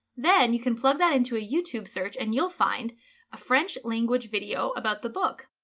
then you can plug that into a youtube search and you'll find a french language video about the book.